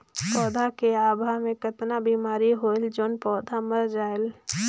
पौधा के गाभा मै कतना बिमारी होयल जोन पौधा मर जायेल?